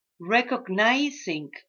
recognizing